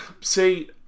see